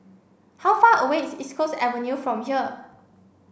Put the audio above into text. how far away is East Coast Avenue from here